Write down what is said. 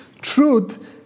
truth